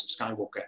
Skywalker